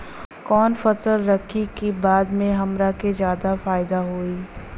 कवन फसल रखी कि बाद में हमरा के ज्यादा फायदा होयी?